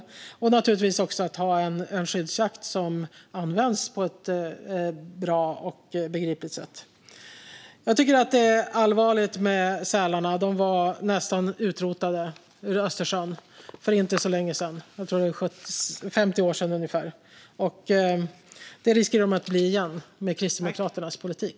Det gäller naturligtvis också att ha en skyddsjakt som används på ett bra och begripligt sätt. Det är allvarligt med sälarna. De var nästan utrotade ur Östersjön för inte så länge sedan. Jag tror att det var ungefär 50 år sedan. Det riskerar de att bli igen med Kristdemokraternas politik.